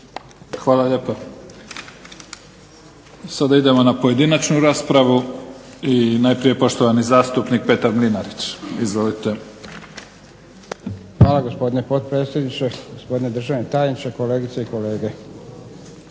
Hvala lijepa. Sada idemo na pojedinačnu raspravu. I najprije poštovani zastupnik Petar Mlinarić. Izvolite. **Mlinarić, Petar (HDZ)** Hvala gospodine potpredsjedniče, gospodine državni tajniče, kolegice i kolege.